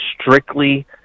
strictly